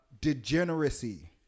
Degeneracy